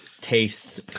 tastes